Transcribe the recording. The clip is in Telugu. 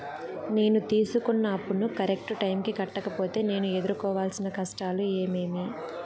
నేను తీసుకున్న అప్పును కరెక్టు టైముకి కట్టకపోతే నేను ఎదురుకోవాల్సిన కష్టాలు ఏమీమి?